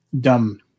dumb